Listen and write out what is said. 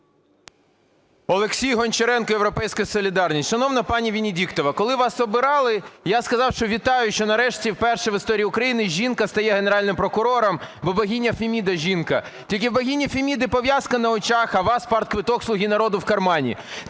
Олексій Гончаренко, "Європейська солідарність". Шановна пані Венедіктова! Коли вас обирали, я сказав, що вітаю, що нарешті вперше в історії України жінка стає Генеральним прокурором, бо богиня Феміда – жінка. Тільки у богині Феміди – пов'язка на очах, а у вас – партквиток "Слуги народу" в кармані.